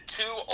two